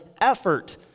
effort